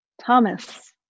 Thomas